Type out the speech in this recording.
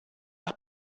nach